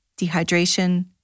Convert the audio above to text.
dehydration